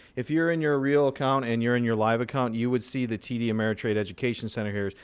if you're in your real account, and you're in your live account, you would see the td ameritrade education center here.